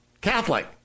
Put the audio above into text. Catholic